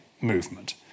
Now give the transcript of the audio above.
movement